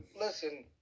listen